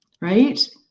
right